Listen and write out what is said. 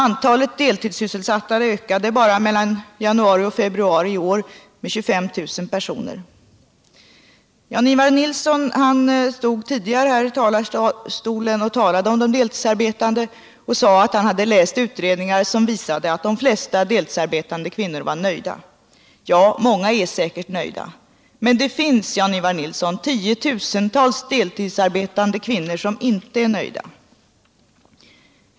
Antalet deltidssysselsatta bara mellan januari och februari i år ökade med 25 000 personer. Jan-Ivan Nilsson stod tidigare här i talarstolen och talade om de deltidsarbetande. Han sade att han hade läst utredningar som visade att de flesta deltidsarbetande kvinnorna var nöjda med sitt arbete. Ja, många är säkert nöjda, men det finns också tiotusentals deltidsarbetande kvinnor som inte är nöjda.